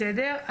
בסדר.